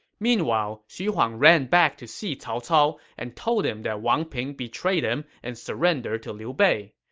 meanwhile, xu huang ran back to see cao cao and told him that wang ping betrayed him and surrendered to liu bei.